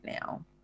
now